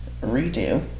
redo